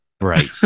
right